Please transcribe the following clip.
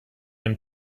dem